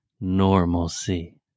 normalcy